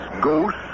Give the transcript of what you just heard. ghost